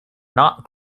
not